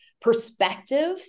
perspective